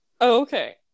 okay